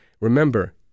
remember